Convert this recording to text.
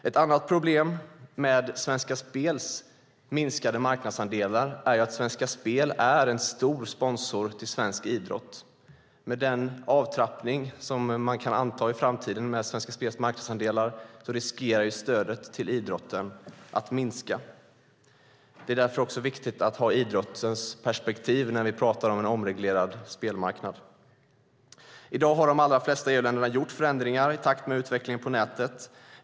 Ett annat problem med Svenska Spels minskade marknadsandelar är att Svenska Spel är en stor sponsor till svensk idrott. Med den avtrappning man kan anta i framtiden av Svenska Spels marknadsandelar riskerar stödet till idrotten att minska. Det är därför viktigt att också ha idrottens perspektiv när vi talar om en omreglerad spelmarknad. I dag har de allra flesta EU-länderna gjort förändringar i takt med utvecklingen på nätet.